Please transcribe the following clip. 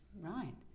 Right